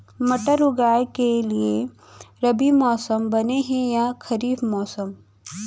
मटर उगाए के लिए रबि मौसम बने हे या खरीफ मौसम?